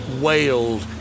wailed